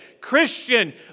Christian